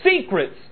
secrets